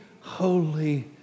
holy